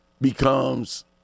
becomes